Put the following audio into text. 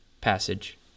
passage